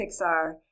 Pixar